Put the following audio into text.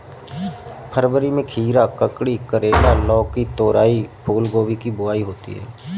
फरवरी में खीरा, ककड़ी, करेला, लौकी, तोरई, फूलगोभी की बुआई होती है